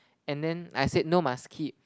and then I said no must keep